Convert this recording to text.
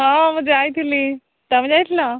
ହଁ ମୁଁ ଯାଇଥିଲି ତମେ ଯାଇଥିଲ